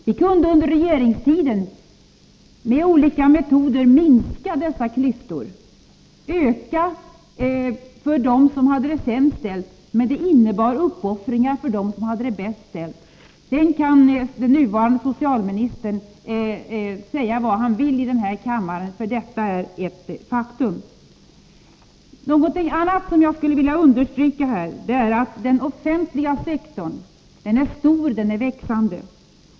Vi kunde under regeringstiden med olika metoder minska dessa klyftor och förbättra för dem som hade det sämst ställt, men det innebar uppoffringar för dem som hade det bäst ställt. Sedan kan den nuvarande socialministern säga vad han vill i den här frågan — detta är ett faktum. Något annat som jag skulle vilja understryka är detta: Den offentliga sektorn är stor och växande.